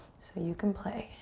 so you can play.